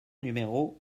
numéro